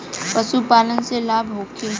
पशु पालन से लाभ होखे?